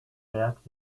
berg